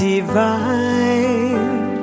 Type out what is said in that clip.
Divine